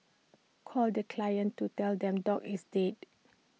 calls the clients to tell them dog is dead